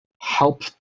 help